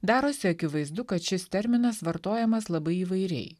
darosi akivaizdu kad šis terminas vartojamas labai įvairiai